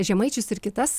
žemaičius ir kitas